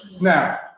Now